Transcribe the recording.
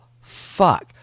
fuck